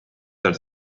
tal